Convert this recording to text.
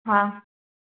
हा